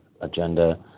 agenda